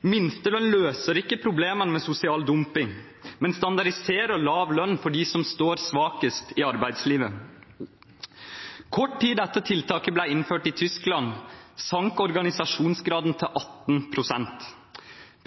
Minstelønn løser ikke problemene med sosial dumping, men standardiserer lav lønn for dem som står svakest i arbeidslivet. Kort tid etter at tiltaket ble innført i Tyskland, sank organisasjonsgraden til 18 pst.